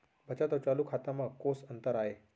बचत अऊ चालू खाता में कोस अंतर आय?